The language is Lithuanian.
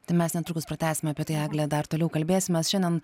tai mes netrukus pratęsim apie tai egle dar toliau kalbėsimės šiandien